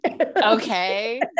Okay